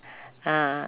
ah